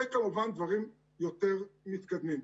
וכמובן דברים יותר מתקדמים.